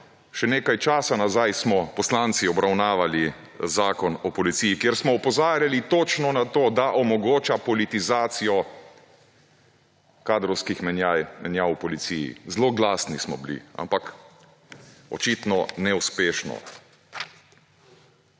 Še nekaj časa nazaj smo poslanci obravnavali Zakon o policiji, kjer smo opozarjali točno na to, da omogoča politizacijo kadrovskih menjav v policiji. Zelo glasni smo bili, ampak očitno neuspešno.